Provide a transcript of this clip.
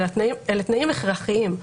אלה תנאים הכרחיים.